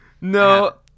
No